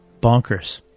bonkers